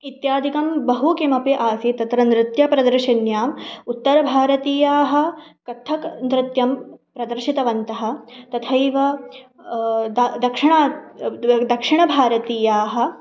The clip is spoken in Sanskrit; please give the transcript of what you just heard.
इत्यादिकं बहु किमपि आसीत् तत्र नृत्य प्रदर्शन्याम् उत्तरभारतीयाः कथक नृत्यं प्रदर्शितवन्तः तथैव द दक्षिणः द दक्षिणभारतीयाः